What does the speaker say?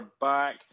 back